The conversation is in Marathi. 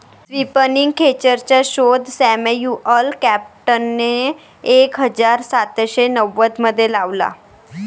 स्पिनिंग खेचरचा शोध सॅम्युअल क्रॉम्प्टनने एक हजार सातशे नव्वदमध्ये लावला